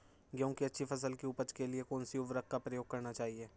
गेहूँ की अच्छी फसल की उपज के लिए कौनसी उर्वरक का प्रयोग करना चाहिए?